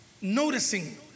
noticing